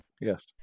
Yes